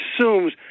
assumes